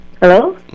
Hello